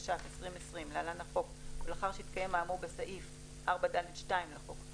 התש"ף-2020 (להלן החוק) ולאחר שהתקיים האמור בסעיף 4(ד)(2) לחוק,